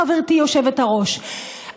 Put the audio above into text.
חברתי היושבת-ראש,